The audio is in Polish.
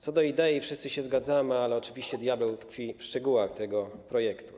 Co do idei wszyscy się zgadzamy, ale oczywiście diabeł tkwi w szczegółach tego projektu.